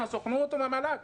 מהסוכנות או מהמל"ג.